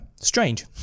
strange